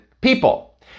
people